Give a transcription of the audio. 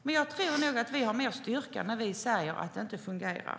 Men jag tror att vi har mer styrka när vi säger att det inte fungerar.